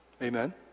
Amen